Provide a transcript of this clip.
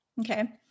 okay